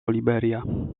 liberia